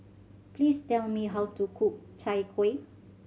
please tell me how to cook Chai Kuih